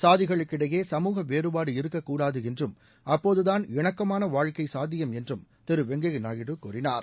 சாதிகளுக்கு இடையே சமூக வேறுபாடு இருக்கக்கூடாது என்றும் அப்போதுதாள் இணக்கமான வாழ்க்கை சாத்தியம் என்றும் திரு வெங்கையா நாயுடு கூறினார்